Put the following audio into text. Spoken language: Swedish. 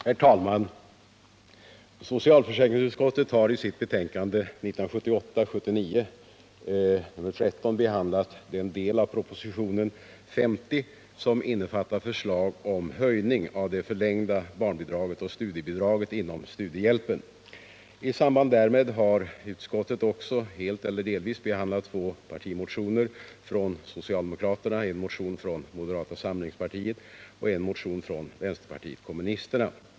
Herr talman! Socialförsäkringsutskottet har i sitt betänkande 1978/79:13 behandlat den del av propositionen 50 som innefattar förslag om höjning av det förlängda barnbidraget och studiebidraget inom studiehjälpen. I samband därmed har utskottet också helt eller delvis behandlat två partimotioner från socialdemokraterna, en motion från moderata samlingspartiet och en motion från vänsterpartiet kommunisterna.